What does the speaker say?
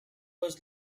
was